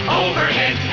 overhead